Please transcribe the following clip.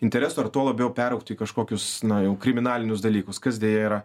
interesų ar tuo labiau peraugti į kažkokius naujus kriminalinius dalykus kas deja yra